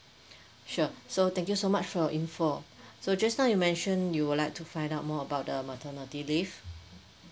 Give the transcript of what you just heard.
sure so thank you so much for your info so just now you mention you will like to find out more about the maternity leave